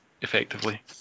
effectively